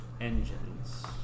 engines